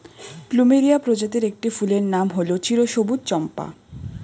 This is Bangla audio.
প্লুমেরিয়া প্রজাতির একটি ফুলের নাম হল চিরসবুজ চম্পা